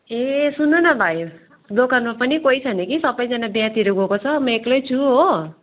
ए सुन्नु न भाइ दोकानमा पनि कोही छैन कि सबैजना बिहेतिर गएको छ म एक्लै छु हो